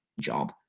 job